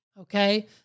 okay